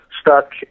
stuck